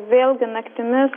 vėlgi naktimis